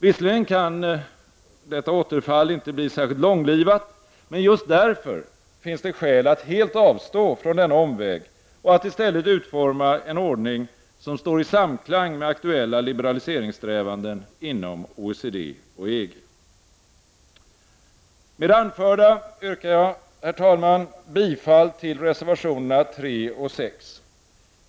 Visserligen kan detta återfall inte bli särskilt långlivat, men just därför finns det skäl att helt avstå från denna omväg och att i stället utforma en ordning som står i samklang med aktuella liberaliseringssträvanden inom OECD och EG. Med det anförda yrkar jag, herr talman, bifall till reservationerna 4 och 6.